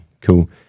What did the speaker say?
Cool